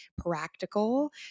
practical